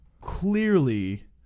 clearly